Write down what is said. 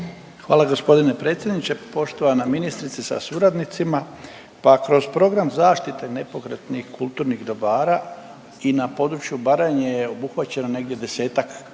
Hvala g. predsjedniče. Poštovana ministrice sa suradnicima, pa kroz program zaštite nepokretnih kulturnih dobara i na području Baranje je uhvaćeno negdje desetak projekata